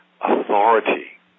authority